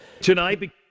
tonight